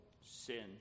sin